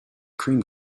cream